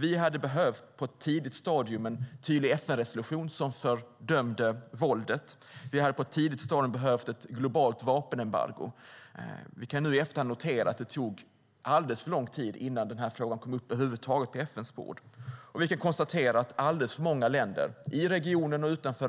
Vi hade på ett tidigt stadium behövt en tydlig FN-resolution som fördömde våldet. Vi hade på ett tidigt stadium behövt ett globalt vapenembargo. Vi kan nu i efterhand notera att det tog alldeles för lång tid innan den här frågan över huvud taget kom upp på FN:s bord. Vi kan konstatera att alldeles för många länder, i regionen och utanför